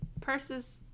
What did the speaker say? purses